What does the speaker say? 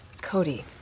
Cody